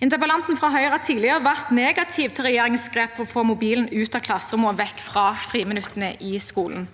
Interpellanten fra Høyre har tidligere vært negativ til regjeringens grep for å få mobilen ut av klasserommet og vekk fra friminuttene i skolen.